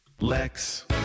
Lex